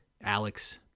Alex